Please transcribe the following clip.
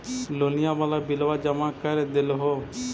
लोनिया वाला बिलवा जामा कर देलहो?